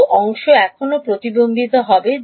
কিছু অংশ এখনও প্রতিবিম্বিত হবে